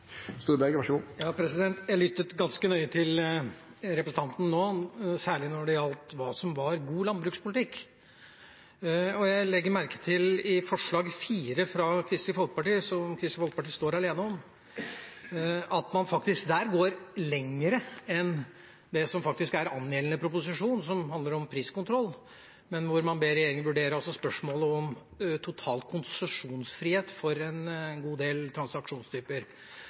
nå, særlig når det gjaldt hva som var god landbrukspolitikk. Og jeg legger merke til at man i forslag nr. 4 – som Kristelig Folkeparti står alene om – faktisk går lenger enn det som er angjeldende proposisjon, som handler om priskontroll, og ber regjeringen vurdere spørsmålet om total konsesjonsfrihet for en god del transaksjonstyper.